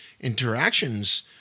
interactions